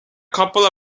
couple